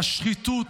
השחיתות